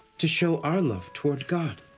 to show our love toward god.